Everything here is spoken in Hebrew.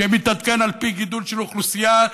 שמתעדכן על פי גידול של אוכלוסייה,